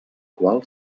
qual